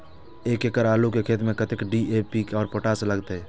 एक एकड़ आलू के खेत में कतेक डी.ए.पी और पोटाश लागते?